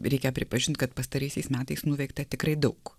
reikia pripažint kad pastaraisiais metais nuveikta tikrai daug